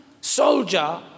soldier